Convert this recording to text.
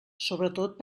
sobretot